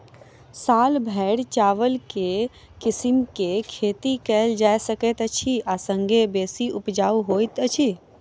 साल भैर चावल केँ के किसिम केँ खेती कैल जाय सकैत अछि आ संगे बेसी उपजाउ होइत अछि?